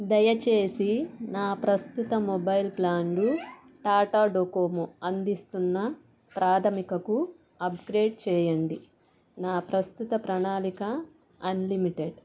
దయచేసి నా ప్రస్తుత మొబైల్ ప్లాన్ను టాటా డొకోమో అందిస్తున్న ప్రాథమికకు అప్గ్రేడ్ చేయండి నా ప్రస్తుత ప్రణాళిక అన్లిమిటెడ్